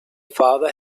father